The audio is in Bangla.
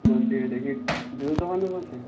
বলছি এটা কি জুতোর দোকান থেকে বলছেন